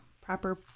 proper